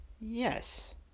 Yes